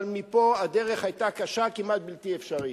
אבל מפה הדרך היתה קשה, כמעט בלתי אפשרית.